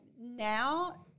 Now